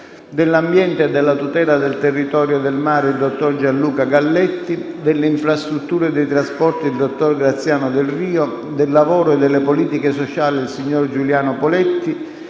dell'Ambiente e della tutela del territorio e del mare, il dottor Gian Luca GALLETTI; - delle Infrastrutture e dei trasporti, il dottor Graziano DELRIO; - del Lavoro e delle politiche sociali, il signor Giuliano POLETTI;